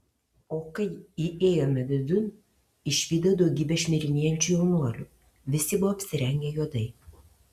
o kai įėjome vidun išvydau daugybę šmirinėjančių jaunuolių visi buvo apsirengę juodai